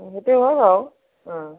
সেইটো হয় বাৰু অঁ